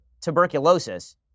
tuberculosis